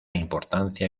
importancia